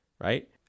right